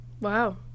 Wow